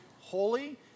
holy